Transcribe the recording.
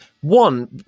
One